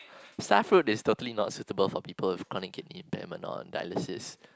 starfruit is totally not suitable for people with chronic kidney impairment or dialysis